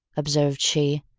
observed she.